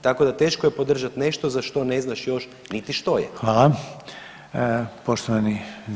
Tako da teško je podržati nešto za što ne znaš još niti što je.